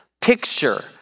picture